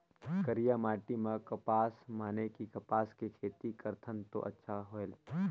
करिया माटी म कपसा माने कि कपास के खेती करथन तो अच्छा होयल?